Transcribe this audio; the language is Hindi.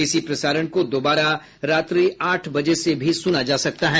इसी प्रसारण को दोबारा रात्रि आठ बजे से भी सुना जा सकता है